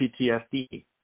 PTSD